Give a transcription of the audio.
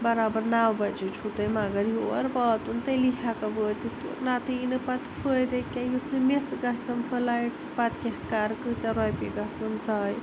برابر نَو بَجے چھُو تۄہہِ مگر یور واتُن تیٚلی ہیٚکہٕ وٲتِتھ تور نَتہٕ یی نہٕ پتہٕ فٲیِدٕے کیٚنٛہہ یُتھ نہٕ مِس گژھیٚم فٕلایِٹ تہٕ پتہٕ کیٛاہ کَرٕ کۭتیٛاہ رۄپیہِ گژھنَم ضایعہِ